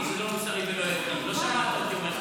תודה רבה.